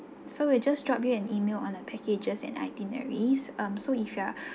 so we just drop you an email on the packages and itineraries um so if you are